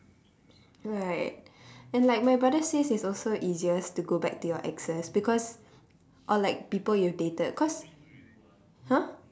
right and like my brother says it's also easiest to go back to your exes because or like people you've dated cause !huh!